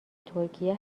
ترکیه